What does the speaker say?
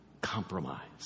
compromise